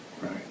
right